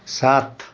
सात